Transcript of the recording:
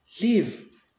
leave